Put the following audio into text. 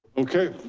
okay,